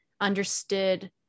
understood